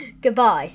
Goodbye